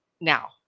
now